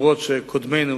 אף-על-פי שקודמינו,